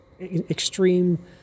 extreme